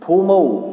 भूमौ